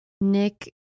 Nick